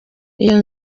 iyo